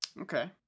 Okay